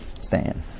Stand